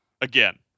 again